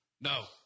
No